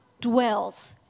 dwells